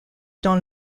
dans